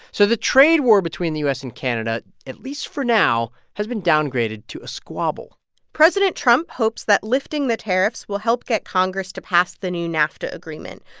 so the trade war between the u s. and canada, at least for now, has been downgraded to a squabble president trump hopes that lifting the tariffs will help get congress to pass the new nafta agreement,